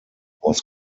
was